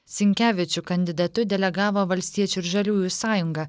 sinkevičių kandidatu delegavo valstiečių ir žaliųjų sąjunga